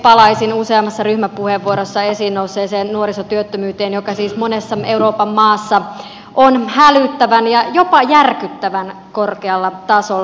palaisin useammassa ryhmäpuheenvuorossa esiin nousseeseen nuorisotyöttömyyteen joka siis monessa euroopan maassa on hälyttävän ja jopa järkyttävän korkealla tasolla